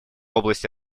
области